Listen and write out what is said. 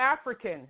African